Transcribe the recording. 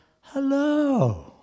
hello